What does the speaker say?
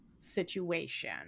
situation